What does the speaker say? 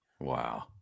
Wow